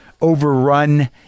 overrun